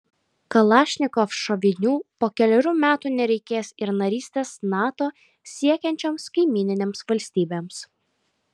kalašnikov šovinių po kelerių metų nereikės ir narystės nato siekiančioms kaimyninėms valstybėms